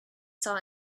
saw